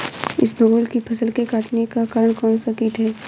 इसबगोल की फसल के कटने का कारण कौनसा कीट है?